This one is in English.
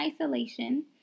isolation